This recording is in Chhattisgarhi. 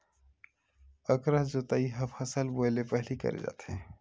अकरस जोतई ह फसल बोए ले पहिली करे जाथे